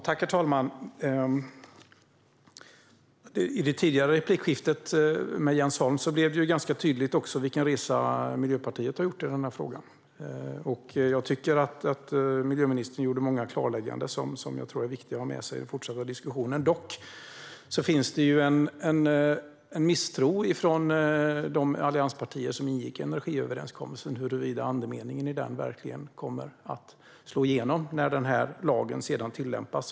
Herr talman! I replikskiftet med Jens Holm blev det ganska tydligt vilken resa Miljöpartiet har gjort i den här frågan. Jag tycker att miljöministern gjorde många klarlägganden som jag tror är viktiga att ha med sig i den fortsatta diskussionen. Dock finns det en misstro från de allianspartier som ingick i energiöverenskommelsen gällande huruvida andemeningen i den verkligen kommer att slå igenom när lagen sedan tillämpas.